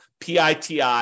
PITI